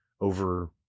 over